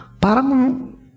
parang